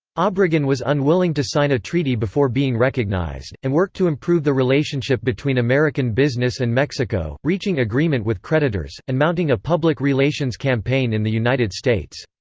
obregon was unwilling to sign a treaty before being recognized, and worked to improve the relationship between american business and mexico, reaching agreement with creditors, and mounting a public relations campaign in the united states.